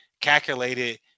calculated